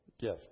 gift